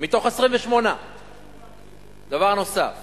מתוך 28. דבר נוסף,